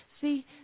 See